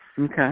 Okay